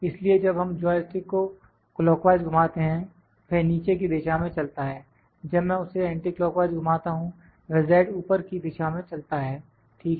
इसलिए जब हम जॉय स्टिक को क्लॉकवाइज घुमाते हैं वह नीचे की दिशा में चलता है जब मैं उसे एंटीक्लॉकवाइज घुमाता हूं वह z ऊपर की दिशा में चलता है ठीक है